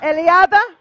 Eliada